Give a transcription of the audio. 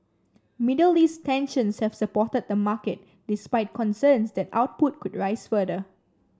Middle East tensions have supported the market despite concerns that output could rise further